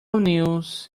news